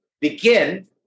begin